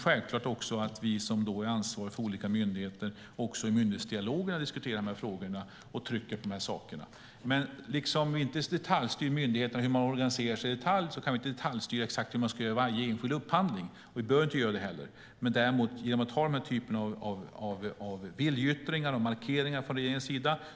Självklart ska också vi som är ansvariga för olika myndigheter diskutera frågorna även i myndighetsdialogerna och trycka på de här sakerna. Men precis som vi inte detaljstyr hur myndigheterna organiseras kan vi inte heller detaljstyra hur man ska göra i varje enskild upphandling. Vi bör inte heller göra det. Vi kan däremot ha den här typen av viljeyttringar och markeringar från regeringen.